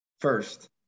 First